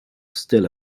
still